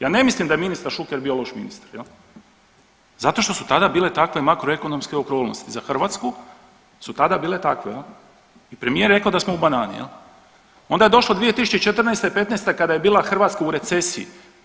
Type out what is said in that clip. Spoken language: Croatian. Ja ne mislim da je ministar Šuker bio loš ministar jel, zato što su tada bile takve makroekonomske okolnosti za Hrvatsku su tada bile takve jel i premijer je rekao da smo u banani jel, onda je došla 2014. i '15. kada je bila Hrvatska u recesiji.